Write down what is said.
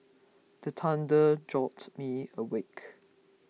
the thunder jolt me awake